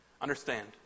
Understand